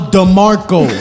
Demarco